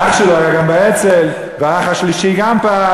אח שלו היה גם באצ"ל והאח השלישי גם פעל.